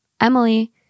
Emily